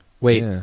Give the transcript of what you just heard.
wait